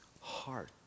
heart